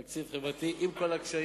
זה תקציב חברתי, עם כל הקשיים